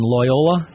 Loyola